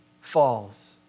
falls